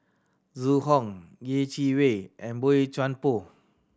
Zhu Hong Yeh Chi Wei and Boey Chuan Poh